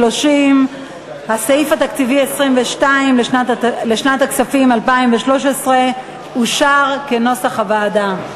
30. הסעיף התקציבי 22 לשנת הכספים 2013 אושר כנוסח הוועדה.